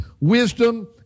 wisdom